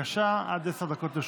בבקשה, עד עשר דקות לרשותך.